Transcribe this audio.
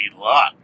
luck